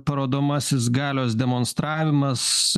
parodomasis galios demonstravimas